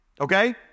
Okay